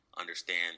understand